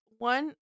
One